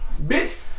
bitch